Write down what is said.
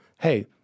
hey